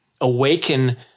awaken